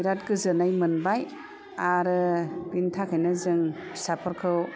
बिराद गोजोननाय मोनबाय आरो बिनि थाखायनो जों फिसाफोरखौ